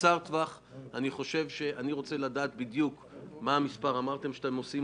אני רוצה לדעת מה המספר אמרתם שאתם עושים